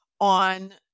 on